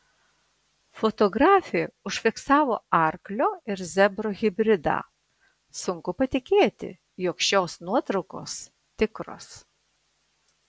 fotografė užfiksavo arklio ir zebro hibridą sunku patikėti jog šios nuotraukos tikros